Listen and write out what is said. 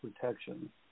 protection